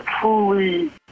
truly